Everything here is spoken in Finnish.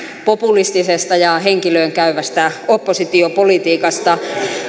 populistisesta ja henkilöön käyvästä oppositiopolitiikasta